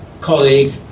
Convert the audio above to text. colleague